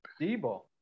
Debo